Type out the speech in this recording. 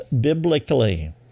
biblically